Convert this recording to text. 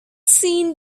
seen